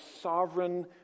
sovereign